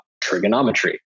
trigonometry